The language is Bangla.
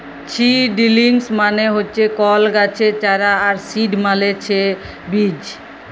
ছিডিলিংস মানে হচ্যে কল গাছের চারা আর সিড মালে ছে বীজ